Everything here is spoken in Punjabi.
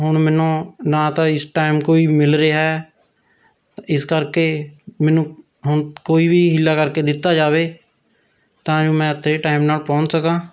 ਹੁਣ ਮੈਨੂੰ ਨਾ ਤਾਂ ਇਸ ਟਾਈਮ ਕੋਈ ਮਿਲ ਰਿਹਾ ਹੈ ਇਸ ਕਰਕੇ ਮੈਨੂੰ ਹੁਣ ਕੋਈ ਵੀ ਹਿੱਲਾ ਕਰਕੇ ਦਿੱਤਾ ਜਾਵੇ ਤਾਂ ਜੋ ਮੈਂ ਉੱਥੇ ਟਾਈਮ ਨਾਲ ਪਹੁੰਚ ਸਕਾਂ